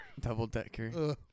Double-decker